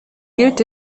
gilt